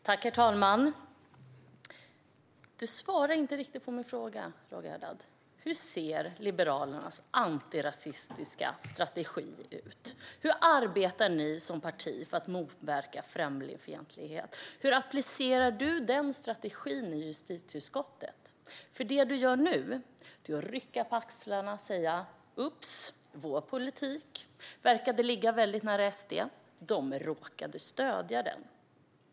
Herr talman! Roger Haddad svarar inte riktigt på mina frågor. Hur ser Liberalernas antirasistiska strategi ut, Roger Haddad? Hur arbetar ni som parti för att motverka främlingsfientlighet? Hur applicerar du den strategin i justitieutskottet? Det du gör nu är att rycka på axlarna och säga att er politik verkade ligga väldigt nära SD:s och att de råkade stödja den.